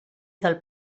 del